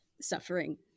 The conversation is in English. suffering